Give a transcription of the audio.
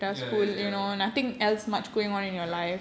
ya ya ya correct